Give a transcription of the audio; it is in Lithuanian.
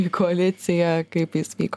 į koaliciją kaip jis vyko